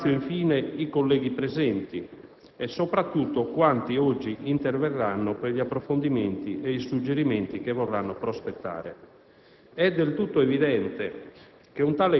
Ringrazio, infine, i colleghi presenti e soprattutto quanti oggi interverranno per gli approfondimenti e i suggerimenti che vorranno prospettare. È del tutto evidente